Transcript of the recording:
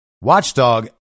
Watchdog